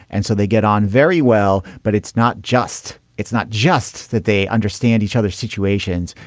and so they get on very well but it's not just it's not just that they understand each other situations.